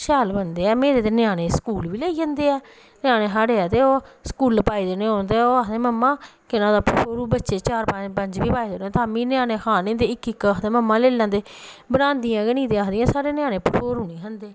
शैल बनदे ऐ मेरे ते ञ्याने स्कूल बी लेई जंदे ऐ ञ्यानें साढ़े ऐ ते ओह् स्कूल पाई देने होन ते ओह् आखदे मम्मा केह् नांऽ भठूरे बच्चें चार पंज बी पाई देने होन ते तां बी बच्चें खाने ते इक इक आखदे मम्मा लेई लैने बनांदियां गै निं ते आखदियां साढ़े ञ्यानें भठोरू निं खंदे